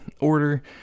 order